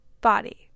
body